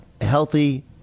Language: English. healthy